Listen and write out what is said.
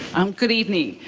um good evening.